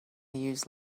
use